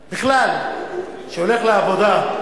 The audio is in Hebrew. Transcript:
בכלל, שהולך לעבודה,